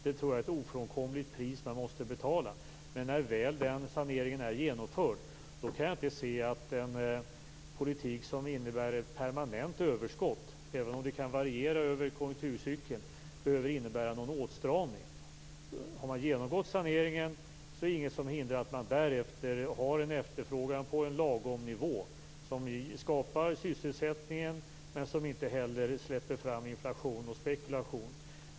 Det tror jag är ett ofrånkomligt pris som man måste betala. Men när väl saneringen är genomförd kan jag inte se att en politik som innebär ett permanent överskott - även om det kan variera över konjunkturcykeln - behöver innebära någon åtstramning. Har man genomgått saneringen är det inget som hindrar att man därefter har en efterfrågan på en lagom nivå som skapar sysselsättning men som inte släpper fram inflation och spekulation.